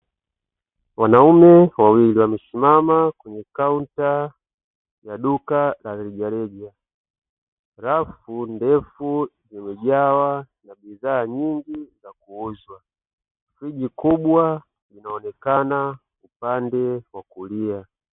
Wanaume wawili wamesimama kwenye kaunta ya duka la rejareja, rafu ndefu imejawa na bidhaa nyingi za kuuzwa, friji kubwa inaonekana upande kwa kulia.